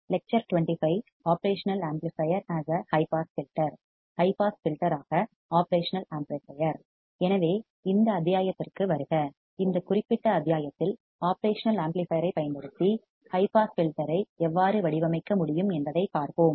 high pass filter ஆக operational amplifier எனவே இந்த அத்தியாயத்திற்கு வருக இந்த குறிப்பிட்ட அத்தியாயத்தில் ஒப்ரேஷனல் ஆம்ப்ளிபையர் ஐப் பயன்படுத்தி ஹை பாஸ் ஃபில்டர் ஐ எவ்வாறு வடிவமைக்க முடியும் என்பதைப் பார்ப்போம்